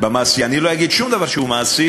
אני לא אגיד על שום דבר בתיאוריה שהוא מעשי,